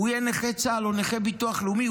הוא יהיה נכה צה"ל או נכה ביטוח לאומי,